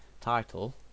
title